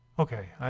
okay,